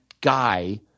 guy